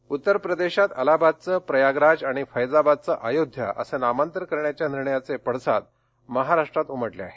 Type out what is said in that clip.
नामांतर उत्तर प्रदेशात अलाहाबादचं प्रयागराज आणि फैजाबादचं अयोध्या असं नामांतर करण्याच्या निर्णयाचे पडसाद महाराष्ट्रात उमटले आहेत